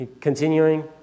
continuing